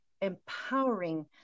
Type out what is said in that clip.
empowering